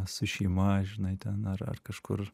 su šeima žinai ten ar kažkur